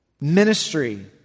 ministry